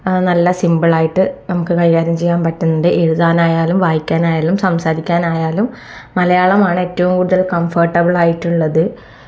നല്ല സിംപിൾ ആയിട്ട് നമുക്ക് കൈകാര്യം ചെയ്യാൻ പറ്റുന്നുണ്ട് എഴുതാനായാലും വായിക്കാനായാലും സംസാരിക്കാനായാലും മലയാളമാണ് ഏറ്റവും കൂടുതൽ കംഫർട്ടബിളായിട്ടുള്ളത്